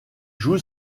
joue